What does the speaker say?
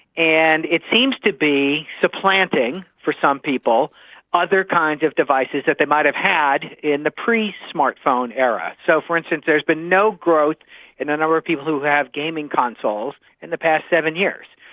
and it seems to be supplanting for some people other kinds of devices that they might have had in the pre smart phone era. so, for instance, there has been no growth in the number of people who have gaming consoles in the past seven years.